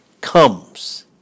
comes